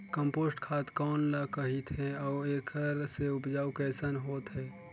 Compost खाद कौन ल कहिथे अउ एखर से उपजाऊ कैसन होत हे?